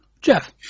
Jeff